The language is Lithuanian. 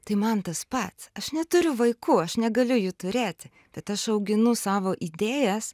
tai man tas pats aš neturiu vaikų aš negaliu jų turėti bet aš auginu savo idėjas